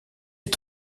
est